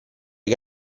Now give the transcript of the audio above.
che